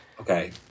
Okay